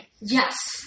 Yes